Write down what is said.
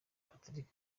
patrick